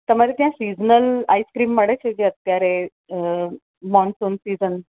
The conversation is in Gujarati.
તમારે ત્યાં સીઝનલ આઇસક્રીમ મળે છે જે અત્યારે મોન્સૂન સીઝન